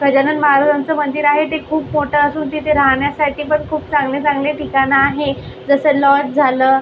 गजानन महाराजांचं मंदिर आहे ते खूप मोठं असून तिथे राहण्यासाठी पण खूप चांगले चांगले ठिकाणं आहे जसं लॉज झालं